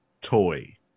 toy